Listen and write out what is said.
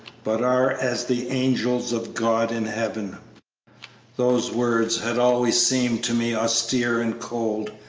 but are as the angels of god in heaven those words had always seemed to me austere and cold,